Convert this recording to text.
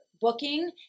booking